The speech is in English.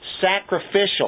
sacrificial